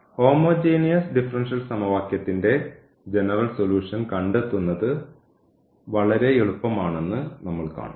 homogeneous differential സമവാക്യത്തിന്റെ general solution കണ്ടെത്തുന്നത് വളരെ എളുപ്പമാണെന്ന് നമ്മൾ കാണും